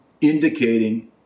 indicating